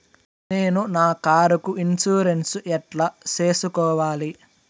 నేను నా కారుకు ఇన్సూరెన్సు ఎట్లా సేసుకోవాలి